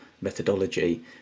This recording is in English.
methodology